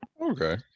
Okay